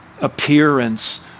appearance